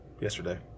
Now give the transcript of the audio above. yesterday